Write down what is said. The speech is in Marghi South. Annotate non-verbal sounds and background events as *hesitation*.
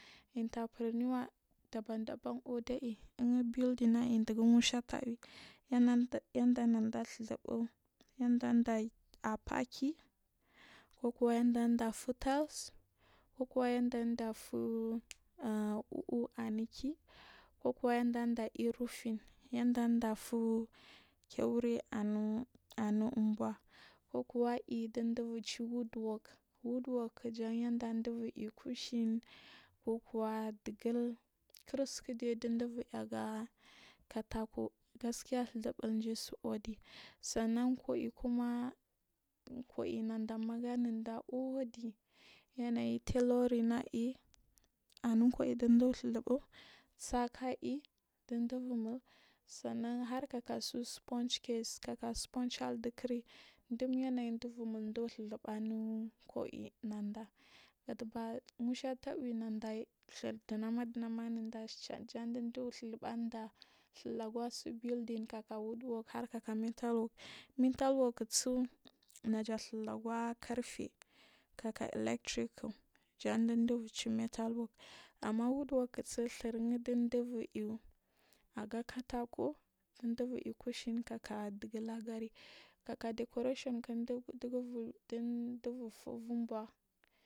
Interprenua ɗaban ɗaban uɗi i inu beauding ai ɗugu musha taw i *hesitation* yanda naɗa ɗhuzub yanɗa ɗa afaki kokuwa yanɗa ɗa fuu tayna kokuwa yanɗafu u’u anukii kokuwa yyanɗa ɗaiy rufin yanda ɗafu keure anu anu unba kokuwa iyuɗuɗaci. wor k wulɗ work k jan yanɗa ɗibur i kushin kukuwa ɗigul kirsikuɗe ɗiɗubur iaw ɗikataku gaskiya ɗluu burji su uɗisannan kwai kuma, kwal managanuɗa uɗi yanayi teloring ai anu kwai ɗu ɗiɗa ɗhuzubu saka i ɗinɗubur mul sannan hari. Aka sponch case sponcha ɗikir in ɗuyanayi ɗbur mulɗu suzubu anu kwai nanɗa kaɗabar musha tawi neɗa ɗhur ɗumama ɗunama naɗa cha ɗan ɗubur ɗhucubu nunɗa lagursu buiɗing, wooɗ work harkaka mantal work, mental work suu natasu lagu kerfe electric jamɗubur ciw mental work amma woodwork su ɗhurɗuɗubur iaw aga keteku ɗubur aiw kushira kaka chigul ggari kaka dakure tion kurɗuguvu *hesitation* ɗum ɗubur puvun bua.